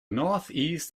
northeast